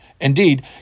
Indeed